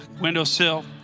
windowsill